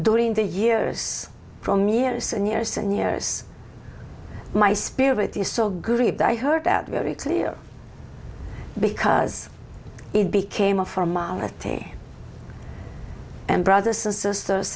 during the years from years and years and years my spirit is so good that i heard that very clear because it became a formality and brothers and sisters